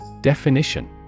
Definition